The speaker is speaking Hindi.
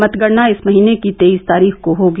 मतगणना इस महीने की तेईस तारीख को होगी